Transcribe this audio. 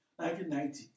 1990